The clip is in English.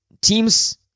teams